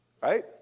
Right